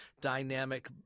dynamic